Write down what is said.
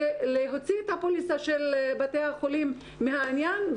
להוציא את הפוליסה של בתי החולים מהעניין,